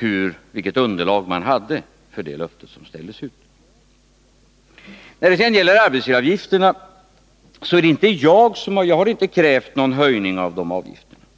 gäller det underlag man hade för det löfte som ställdes ut. När det sedan gäller arbetsgivaravgifterna vill jag säga att jag inte har krävt någon höjning av dessa.